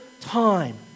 time